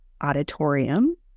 auditorium